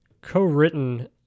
co-written